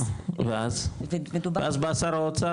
ואז בא שר האוצר,